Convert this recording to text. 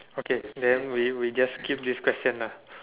okay then we we just skip this question lah